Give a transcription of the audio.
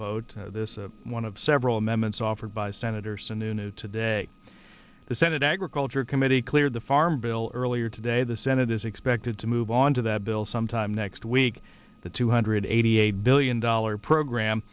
vote this one of several members offered by senator sununu today the senate agriculture committee cleared the farm bill earlier today the senate is expected to move on to that bill sometime next week the two hundred eighty eight billion dollars program